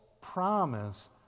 promise